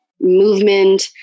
movement